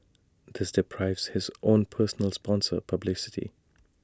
this deprives his own personal sponsor publicity